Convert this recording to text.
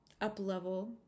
up-level